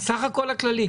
הסך הכול הכללי.